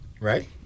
Right